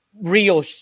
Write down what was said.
real